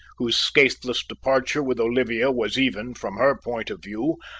whose skaithless departure with olivia was even, from her point of view,